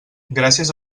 gràcies